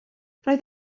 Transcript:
roedd